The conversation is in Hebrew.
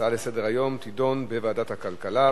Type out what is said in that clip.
תידון בוועדת הכלכלה.